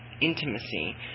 intimacy